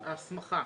ההסמכה.